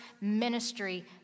ministry